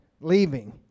leaving